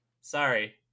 Sorry